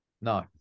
No